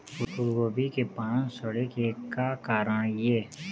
फूलगोभी के पान सड़े के का कारण ये?